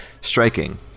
striking